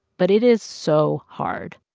but it is so hard.